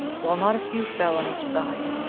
while not a few fell on each side.